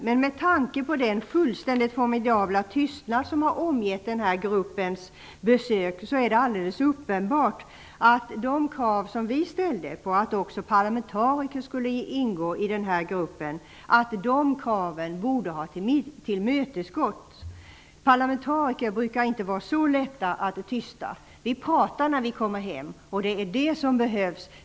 Men med tanke på den fullständigt formidabla tystnad som har omgett den här gruppens besök är det alldeles uppenbart att de krav som vi ställde på att också parlamentariker skulle ingå i den här gruppen borde ha tillmötesgåtts. Parlamentariker brukar det inte vara så lätt att tysta. Vi pratar när vi kommer hem, och det är det som behövs.